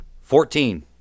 Fourteen